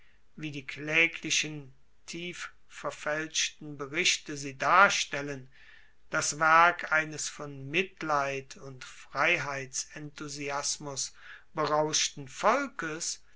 wie die klaeglichen tief verfaelschten berichte sie darstellen das werk eines von mitleid und freiheitsenthusiasmus berauschten volkes